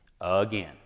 again